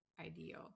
ideal